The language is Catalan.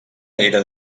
era